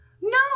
No